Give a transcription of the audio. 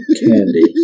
candy